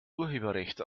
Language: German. urheberrecht